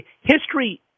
history